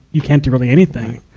you can't do really anything.